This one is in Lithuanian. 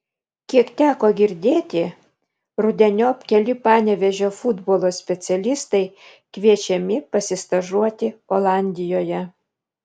kiek teko girdėti rudeniop keli panevėžio futbolo specialistai kviečiami pasistažuoti olandijoje